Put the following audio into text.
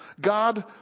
God